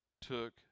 took